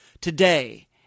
Today